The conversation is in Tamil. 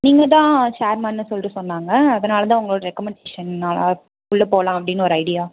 நீங்கள் தான் சேர் மேன்னு சொல்லிட்டு சொன்னாங்க அதனால் தான் உங்களோட ரெக்கமண்டேஷன்னால் உள்ள போகலாம் அப்படின்னு ஒரு ஐடியா